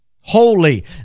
holy